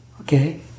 Okay